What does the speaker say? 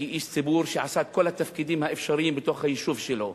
כאיש ציבור שעשה את כל התפקידים האפשריים בתוך היישוב שלו,